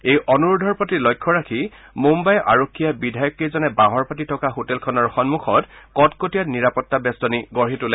এই অনুৰোধৰ প্ৰতি লক্ষ্য ৰাখি মুম্বাই আৰক্ষীয়ে বিধায়ককেইজনে বাহৰ পাতি থকা হোটেলখনৰ সন্মুখত কটকটীয়া নিৰাপত্তা বেষ্টনী গঢ়ি তোলে